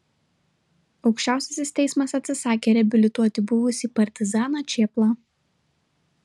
aukščiausiasis teismas atsisakė reabilituoti buvusį partizaną čėplą